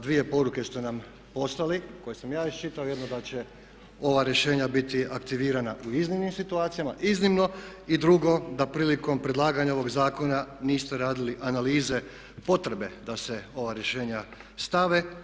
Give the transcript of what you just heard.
Dvije poruke ste nam poslali, koje sam ja iščitao, jednu da će ova rješenja biti aktivirana u iznimnim situacijama, iznimno i drugo da prilikom predlaganja ovog zakona niste radili analize potrebe da se ova rješenja stave.